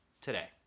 today